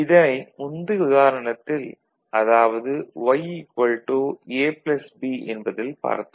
இதனை முந்தைய உதாரணத்தில் அதாவது Y A B என்பதில் பார்த்தோம்